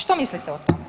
Što mislite o tome?